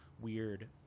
weird